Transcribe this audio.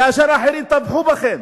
כאשר אחרים טבחו בכם.